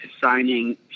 signing